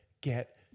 get